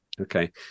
Okay